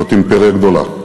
זאת אימפריה גדולה.